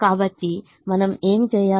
కాబట్టి మనం ఏమి చేయాలి